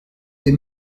des